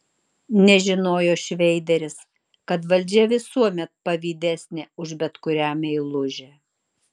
nežinojo šreideris kad valdžia visuomet pavydesnė už bet kurią meilužę